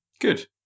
good